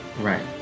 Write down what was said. right